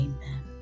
Amen